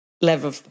level